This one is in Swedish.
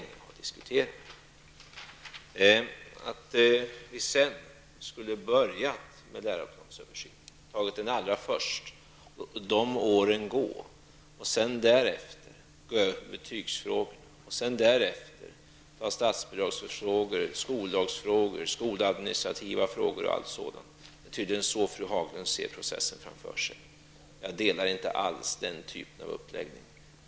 Den process som fru Haglund ser framför sig är tydligen att vi skulle ha börjat med läroplansöversynen, skulle ha låtit åren för detta arbete gå, sedan gått över på betygsfrågorna, därefter på bidragsfrågor, skollagsfrågor, skoladministrativa frågor osv. Jag ansluter mig inte alls till den typen av uppläggning.